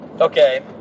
okay